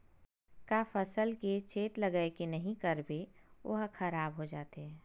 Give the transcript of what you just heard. का फसल के चेत लगय के नहीं करबे ओहा खराब हो जाथे?